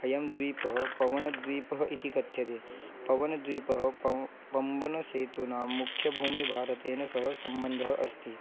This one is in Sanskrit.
अयं द्वीपः पवनद्वीपः इति कथ्यते पवनद्वीपः पं पम्बनसेतूनां मुख्यभूमिभारतेन सह सम्बद्धः अस्ति